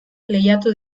lehiatu